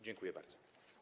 Dziękuję bardzo.